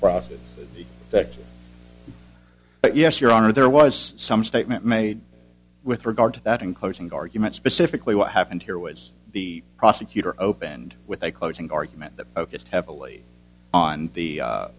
victim but yes your honor there was some statement made with regard to that in closing argument specifically what happened here was the prosecutor opened with a closing argument that focused heavily on the